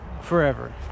forever